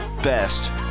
best